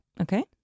Okay